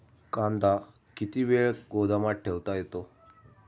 कांदा किती वेळ गोदामात ठेवता येतो?